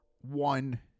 One